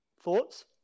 Thoughts